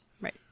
right